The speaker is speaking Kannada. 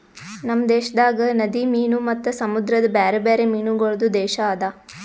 ನಮ್ ದೇಶದಾಗ್ ನದಿ ಮೀನು ಮತ್ತ ಸಮುದ್ರದ ಬ್ಯಾರೆ ಬ್ಯಾರೆ ಮೀನಗೊಳ್ದು ದೇಶ ಅದಾ